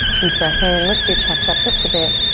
deep breath in, lift your chest up just a bit.